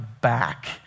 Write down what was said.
back